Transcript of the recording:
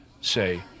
say